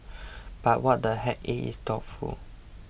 but what the heck it is thoughtful